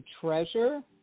treasure